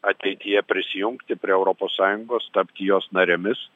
ateityje prisijungti prie europos sąjungos tapti jos narėmis